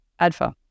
ADFA